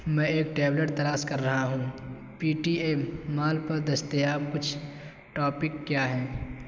میں ایک ٹیبلٹ تلاش کر رہا ہوں پی ٹی ایم مال پر دستیاب کچھ ٹاپک کیا ہیں